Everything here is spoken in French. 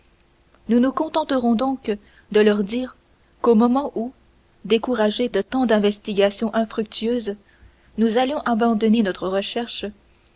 nous nous contenterons donc de leur dire qu'au moment où découragé de tant d'investigations infructueuses nous allions abandonner notre recherche